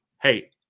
Hey